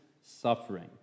suffering